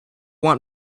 want